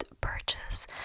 purchase